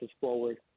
forward